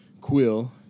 Quill